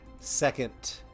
Second